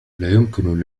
يمكن